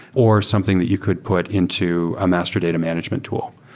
or something that you could put into a master data management tool.